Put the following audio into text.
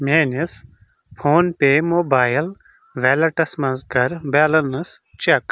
میٲنِس فون پے موبایِل ویلیٹَس منٛز کَر بیلنس چٮ۪ک